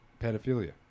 pedophilia